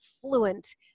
fluent